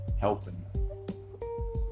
helping